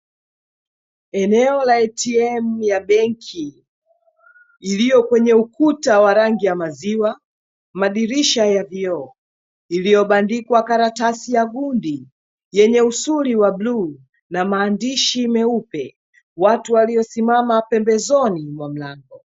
Eneo la "ATM" ya benki iliyo kwenye ukuta wa rangi ya maziwa, madirisha ya vioo, iliyobandikwa karatasi ya gundi yenye usuli wa buluu na maandishi meupe, watu waliosimama pembezoni mwa mlango.